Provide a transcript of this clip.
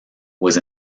was